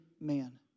man